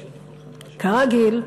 כרגיל.